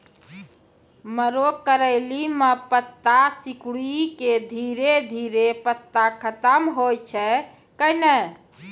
मरो करैली म पत्ता सिकुड़ी के धीरे धीरे पत्ता खत्म होय छै कैनै?